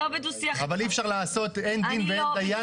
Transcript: אבל אי אפשר לעשות מצב שאין דין ואין דיין,